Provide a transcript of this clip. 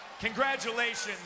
Congratulations